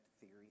theory